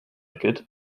could